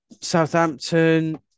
Southampton